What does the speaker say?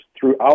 throughout